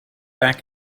back